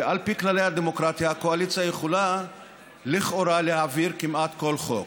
ועל פי כללי הדמוקרטיה הקואליציה יכולה לכאורה להעביר כמעט כל חוק,